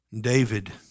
David